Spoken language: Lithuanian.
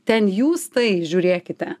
ten jūs tai žiūrėkite